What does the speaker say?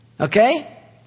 Okay